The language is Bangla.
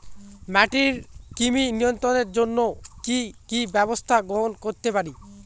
মাটির কৃমি নিয়ন্ত্রণের জন্য কি কি ব্যবস্থা গ্রহণ করতে পারি?